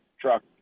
truck